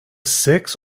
six